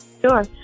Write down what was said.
Sure